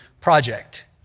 project